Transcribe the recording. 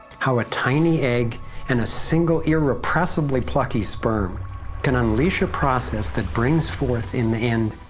how a tiny egg and a single irrepressibly plucky sperm can unleash a process that brings forth in the end,